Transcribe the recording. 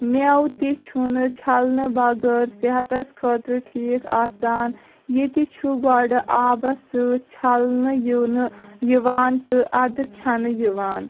مٮ۪وٕ تہِ چھُنہٕ چھلنہٕ بغٲر صحتس خٲطرٕ ٹھیٖک آسان یہِ تہِ چھُ گۄڈٕ آبس سۭتۍ چھلنہٕ یِونہٕ یوان تہٕ ادٕ کھٮ۪نہٕ یِوان